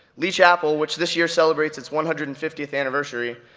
lee chapel, which this year celebrates its one hundred and fiftieth anniversary,